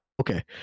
Okay